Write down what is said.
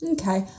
Okay